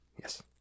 Yes